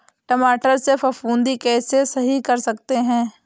टमाटर से फफूंदी कैसे सही कर सकते हैं?